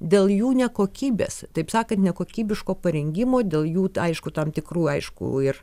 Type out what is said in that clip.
dėl jų nekokybės taip sakant nekokybiško parengimo dėl jų aišku tam tikrų aišku ir